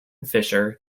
fisher